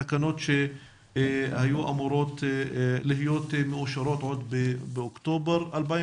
תקנות שהיו אמורות להיות מאושרות עוד באוקטובר 2019,